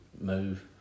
move